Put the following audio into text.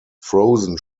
frozen